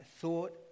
thought